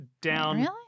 down